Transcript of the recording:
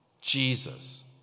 Jesus